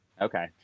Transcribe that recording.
Okay